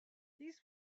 these